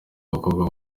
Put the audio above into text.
abakobwa